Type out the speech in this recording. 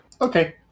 Okay